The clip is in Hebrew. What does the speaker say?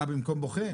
במקום בוחן?